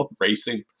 racing